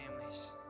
families